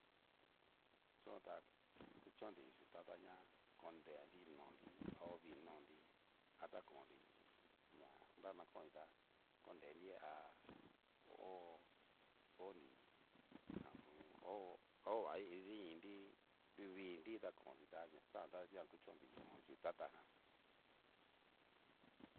Yo ta kuchonnri yuu tata na konrenri nonri ovii nonri a ta konri, na ña na kon'nri tá koreri há hó honri ahun hó hova ididini nri, nruvinri ta konri ta na xajan kuchonri yuu tata jan.